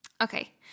Okay